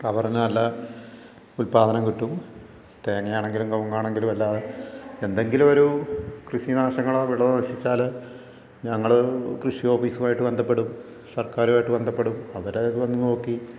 റബ്ബറിനു നല്ല ഉത്പാദനം കിട്ടും തേങ്ങയാണെങ്കിലും കവുങ്ങാണെങ്കിലും എല്ലാം എന്തെങ്കിലും ഒരു കൃഷി നാശങ്ങളോ വിളവ് നശിച്ചാൽ ഞങ്ങൾ കൃഷി ഓഫീസുമായി ബന്ധപ്പെടും സർക്കാരുമായിട്ട് ബന്ധപ്പെടും അവരർ അത് വന്നു നോക്കി